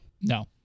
No